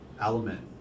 element